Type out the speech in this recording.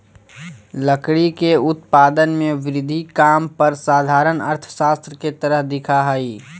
लकड़ी के उत्पादन में वृद्धि काम पर साधारण अर्थशास्त्र के तरह दिखा हइ